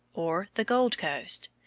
or the gold coast,